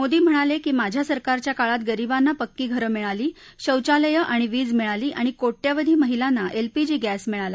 मोदी म्हणाले की माझ्या सरकारच्या काळात गरिबांना पक्की घरं मिळाली शौचालयं आणि वीज मिळाली आणि कोट्यवधी महिलांना एलपीजी गद्त मिळाला